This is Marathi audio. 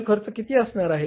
चल खर्च किती असणार आहेत